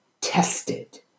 tested